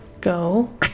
Go